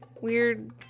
weird